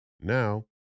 Now